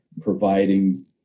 providing